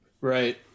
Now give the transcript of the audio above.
Right